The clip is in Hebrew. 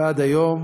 ועד היום